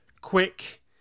quick